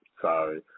sorry